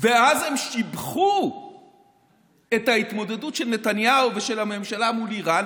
ואז הם שיבחו את ההתמודדות של נתניהו ושל הממשלה מול איראן,